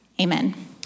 Amen